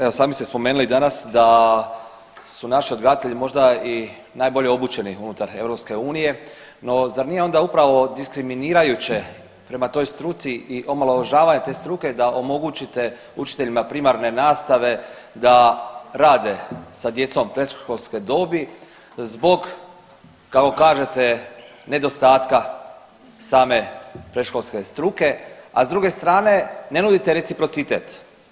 Evo, sami ste spomenuli danas da su naši odgajatelji možda i najbolje obučeni unutar EU, no zar nije onda upravo diskriminirajuće prema toj struci i omalovažavanje te struke da omogućite učiteljima primarne nastave da rade sa djecom predškolske dobi zbog, kako kažete, nedostatka same predškolske struke, a s druge strane, ne nudite reciprocitet.